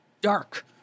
dark